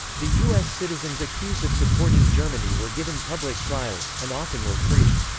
the u s. citizens accused of supporting germany were given public trials, and often were freed.